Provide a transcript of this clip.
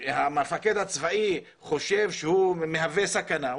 המפקד הצבאי חושב שהוא מהווה סכנה,